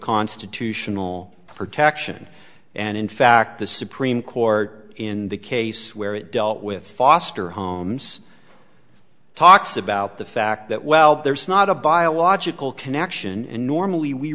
constitutional protection and in fact the supreme court in the case where it dealt with foster homes talks about the fact that well there's not a biological connection and normally we